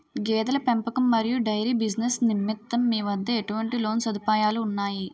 గేదెల పెంపకం మరియు డైరీ బిజినెస్ నిమిత్తం మీ వద్ద ఎటువంటి లోన్ సదుపాయాలు ఉన్నాయి?